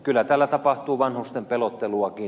kyllä täällä tapahtuu vanhusten pelotteluakin